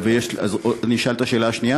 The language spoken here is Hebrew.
אז אני אשאל את השאלה השנייה?